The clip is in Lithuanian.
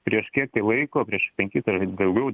prieš kiek tai laiko prieš penkis ar daugiau